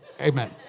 Amen